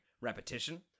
repetition